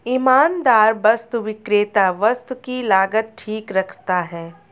ईमानदार वस्तु विक्रेता वस्तु की लागत ठीक रखता है